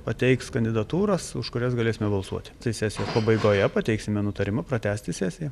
pateiks kandidatūras už kurias galėsime balsuoti tai sesijos pabaigoje pateiksime nutarimą pratęsti sesiją